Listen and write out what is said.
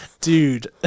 dude